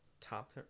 top